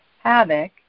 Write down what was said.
havoc